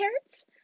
carrots